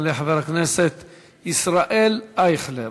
יעלה חבר הכנסת ישראל אייכלר.